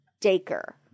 Daker